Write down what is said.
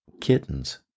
kittens